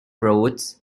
routes